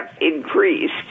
increased